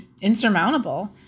Insurmountable